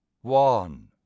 One